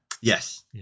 Yes